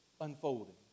unfolding